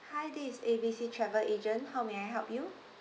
hi this is A B C travel agent how may I help you